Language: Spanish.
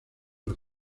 los